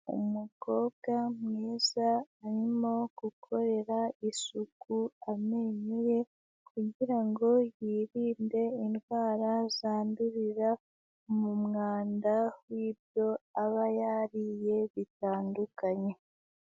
Umukobwa mwiza arimo gukorera isuku amenyo ye kugira ngo yirinde indwara zandurira mu mwanda wi'byo aba yariye bitandukanye.